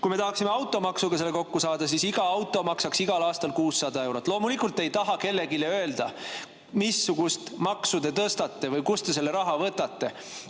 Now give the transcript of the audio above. Kui me tahaksime automaksuga [raha] kokku saada, siis iga auto pealt makstaks igal aastal 600 eurot. Loomulikult te ei taha kellelegi öelda, missugust maksu te tõstate või kust te selle raha võtate,